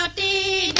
but the